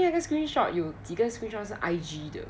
因为那个 screenshot 有几个 screenshots 是 I_G 的